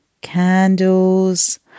Candles